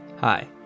Hi